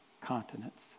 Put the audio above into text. continents